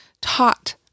taught